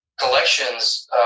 collections